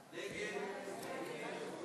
מיקי רוזנטל,